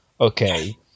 okay